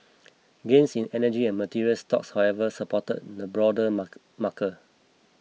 gains in energy and materials stocks however supported the broader marker